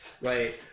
Right